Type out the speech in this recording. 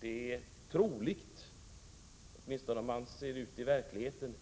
Det framstår som troligt, när man ser ut över verkligheten,